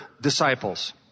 disciples